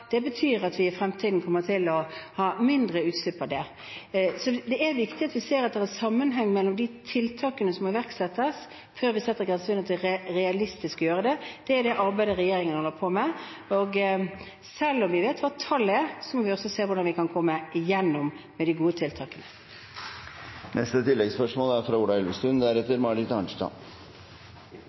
Det betyr altså at vi i fremtiden kommer til å ha færre utslipp fra disse. Det er viktig at vi ser en sammenheng mellom de tiltakene som må iverksettes, før vi setter grenseverdiene, og at det er realistisk å gjøre det. Det er dette arbeidet regjeringen holder på med. Og selv om vi vet hva tall er, må vi også se på hvordan vi kan komme igjennom med de gode tiltakene. Ola Elvestuen – til oppfølgingsspørsmål. Jeg er